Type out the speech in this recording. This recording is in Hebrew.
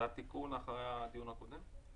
זה התיקון אחרי הדיון הקודם?